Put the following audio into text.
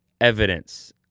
evidence